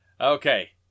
Okay